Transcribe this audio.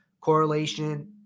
correlation